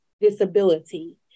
disability